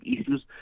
issues